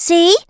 See